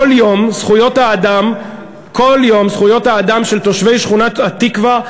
כל יום זכויות האדם של תושבי שכונת-התקווה,